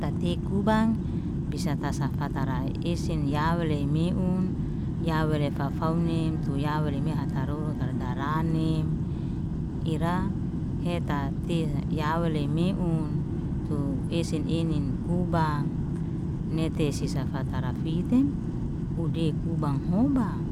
Tatikubang bisa tasaf fatara esen ya wele meun, ya wele fafaunim, tu yawele mehata rurutar daranim. Ira hetati yawele meun, tu esen enin kubang nete sisafatara fitim, ude kubang hubang.